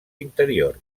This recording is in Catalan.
interior